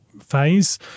phase